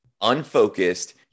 unfocused